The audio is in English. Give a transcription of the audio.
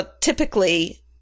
typically